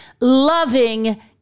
loving